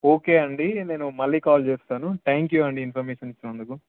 okay అండి నేను మళ్ళీ కాల్ చేస్తాను త్యాంక్ యూ అండి ఇన్ఫర్మేషన్ ఇచ్చినందుకు